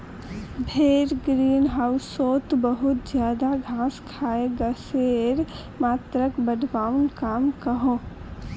भेड़ ग्रीन होउसोत बहुत ज्यादा घास खाए गसेर मात्राक बढ़वार काम क्रोह